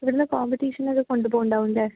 ഇവിടെ നിന്ന് കോമ്പറ്റിഷനൊക്കെ കൊണ്ടുപോകുന്നുണ്ടാവും അല്ലേ